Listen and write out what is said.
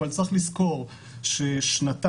אבל צריך לזכור ששנתיים